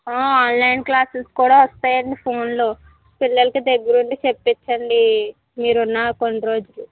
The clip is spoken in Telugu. ఆన్లైన్ క్లాసెస్ కూడా వస్తాయండి ఫోన్లో పిల్లలకి దగ్గరుండి చెప్పించండి మీరు ఉన్న కొన్ని రోజులు